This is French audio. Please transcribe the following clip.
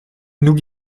nous